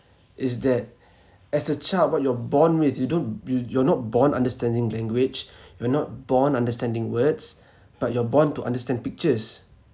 is that as a child what you're born with you don't you you're not born understanding language you're not born understanding words but you're born to understand pictures